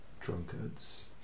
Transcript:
Drunkards